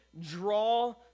draw